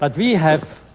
ah we have,